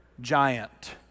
giant